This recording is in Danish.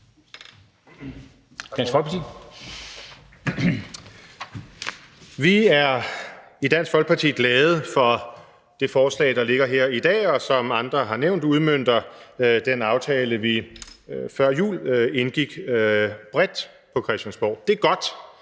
(DF): Vi er i Dansk Folkeparti glade for det forslag, der ligger her i dag, og som andre har nævnt, udmønter det den aftale, som vi før jul indgik bredt på Christiansborg. Det er godt.